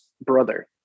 brother